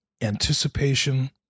anticipation